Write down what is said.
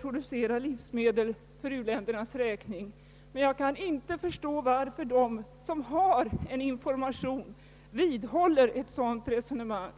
producerade livsmedel för uländernas räkning. Men jag kan inte förstå varför de som har information vidhåller ett sådant resonemang.